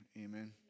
Amen